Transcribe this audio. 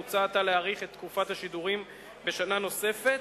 מוצע עתה להאריך את תקופת השידורים בשנה נוספת,